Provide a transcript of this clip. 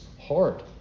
hard